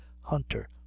Hunter